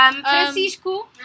Francisco